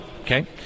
Okay